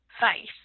face